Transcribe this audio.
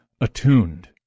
attuned